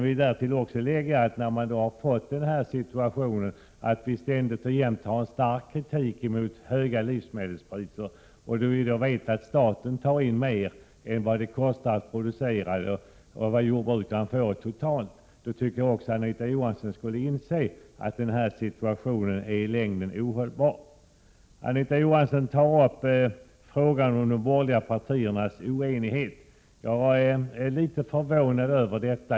Vi har dessutom fått en situation där det ständigt är stark kritik mot de höga livsmedelspriserna, där staten tar in mer i skatt än vad det kostar att producera och vad jordbrukarna får ut. Då tycker jag att Anita Johansson borde inse att situationen i längden är ohållbar. Anita Johansson tar upp frågan om de borgerliga partiernas oenighet. Jag är litet förvånad över det.